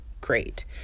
great